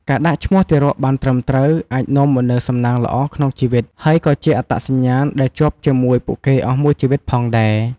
ការដាក់ឈ្មោះទារកបានត្រឹមត្រូវ អាចនាំមកនូវសំណាងល្អក្នុងជីវិត ហើយក៏ជាអត្តសញ្ញាណដែលជាប់ជាមួយពួកគេអស់មួយជីវិតផងដែរ។